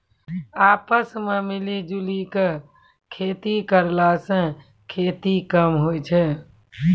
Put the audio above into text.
आपस मॅ मिली जुली क खेती करला स खेती कम होय छै